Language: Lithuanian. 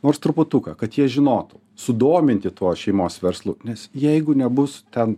nors truputuką kad jie žinotų sudominti tuo šeimos verslu nes jeigu nebus ten